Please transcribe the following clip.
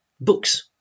books